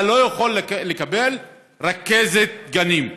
אתה לא יכול לקבל רכזת גנים.